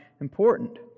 important